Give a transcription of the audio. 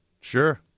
Sure